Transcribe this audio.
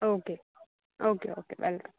okay okay okay bye